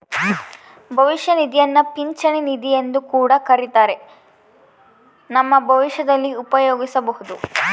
ಭವಿಷ್ಯ ನಿಧಿಯನ್ನ ಪಿಂಚಣಿ ನಿಧಿಯೆಂದು ಕೂಡ ಕರಿತ್ತಾರ, ನಮ್ಮ ಭವಿಷ್ಯದಲ್ಲಿ ಉಪಯೋಗಿಸಬೊದು